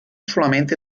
solamente